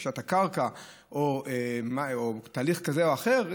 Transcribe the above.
רכישת הקרקע או תהליך כזה או אחר,